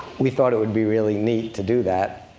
we thought it would be really neat to do that,